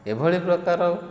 ଏହିଭଳି ପ୍ରକାର